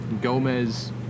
Gomez